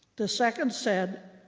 the second said,